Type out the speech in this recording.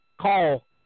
call